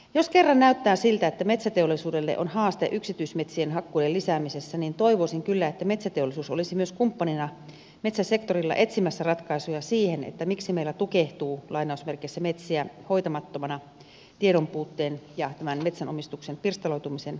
jos kerran näyttää siltä että metsäteollisuudella on haaste yksityismetsien hakkuiden lisäämisessä toivoisin kyllä että metsäteollisuus olisi myös kumppanina metsäsektorilla etsimässä ratkaisuja siihen miksi meillä tukehtuu metsiä hoitamattomana tiedon puutteen ja tämän metsänomistuksen pirstaloitumisen vuoksi